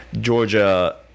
Georgia –